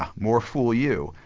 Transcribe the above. ah more fool you.